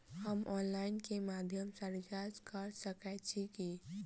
हम ऑनलाइन केँ माध्यम सँ रिचार्ज कऽ सकैत छी की?